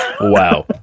Wow